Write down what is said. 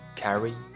carry